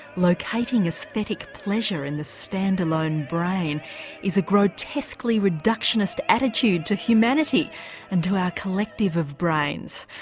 locating aesthetic pleasure in the stand-alone brain is a grotesquely reductionist attitude to humanity and to our collective of brains.